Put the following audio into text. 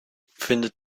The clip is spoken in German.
findet